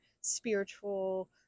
spiritual